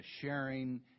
sharing